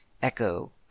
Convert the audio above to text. Echo